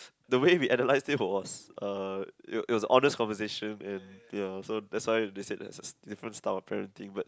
the way we analyzed it was uh it it was honest conversation and ya so that's why they said there's a different style of parenting but